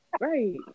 Right